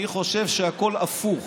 אני חושב שהכול הפוך,